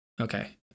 Okay